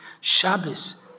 Shabbos